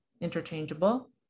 interchangeable